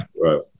Right